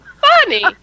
funny